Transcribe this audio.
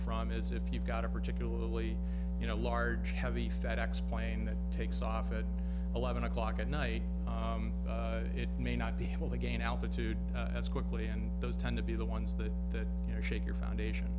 from is if you've got a particularly you know large heavy fed ex plane that takes off at eleven o'clock at night it may not be able to gain altitude as quickly and those tend to be the ones that you know shake your foundation